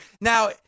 Now